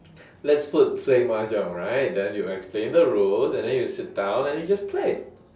let's put play mahjong right then you explain the rules and then you sit down and you just play